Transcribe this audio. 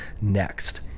next